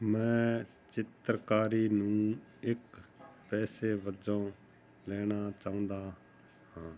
ਮੈਂ ਚਿੱਤਰਕਾਰੀ ਨੂੰ ਇੱਕ ਪੇਸ਼ੇ ਵਜੋਂ ਲੈਣਾ ਚਾਹੁੰਦਾ ਹਾਂ